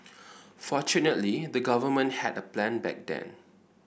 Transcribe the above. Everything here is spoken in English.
fortunately the government had a plan back then